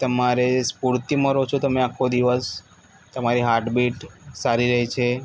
તમારે સ્ફૂર્તિમાં રહો છો તમે આખો દિવસ તમારી હાર્ટ બીટ સારી રહે છે